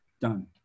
done